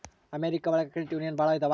America ಒಳಗ credit union ಭಾಳ ಇದಾವ